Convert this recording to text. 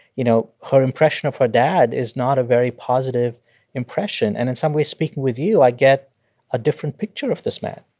you know, her impression of her dad is not a very positive impression. and in some way, speaking with you, i get a different picture of this man